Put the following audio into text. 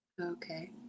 Okay